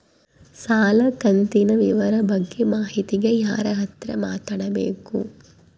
ಸಾಲ ಕಂತಿನ ವಿವರ ಬಗ್ಗೆ ಮಾಹಿತಿಗೆ ಯಾರ ಹತ್ರ ಮಾತಾಡಬೇಕು?